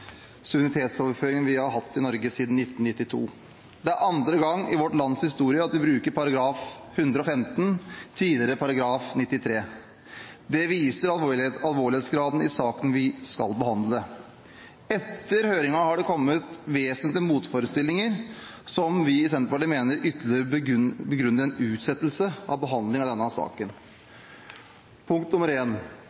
suverenitetsoverføringen vi har hatt i Norge siden 1992. Det er andre gang i vårt lands historie at vi bruker § 115, tidligere § 93. Det viser alvorlighetsgraden i saken vi skal behandle. Etter høringen har det kommet vesentlige motforestillinger som vi i Senterpartiet mener ytterligere begrunner en utsettelse av behandlingen av denne saken.